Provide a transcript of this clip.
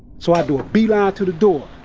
so, i do a beeline to the door.